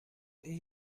این